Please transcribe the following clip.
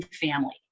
family